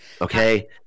Okay